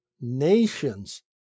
nations